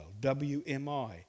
WMI